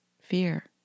fear